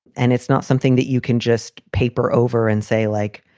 and it's not something that you can just paper over and say, like,